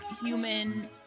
human